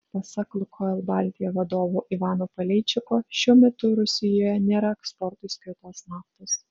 pasak lukoil baltija vadovo ivano paleičiko šiuo metu rusijoje nėra eksportui skirtos naftos